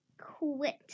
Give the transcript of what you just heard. quit